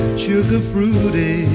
sugar-fruity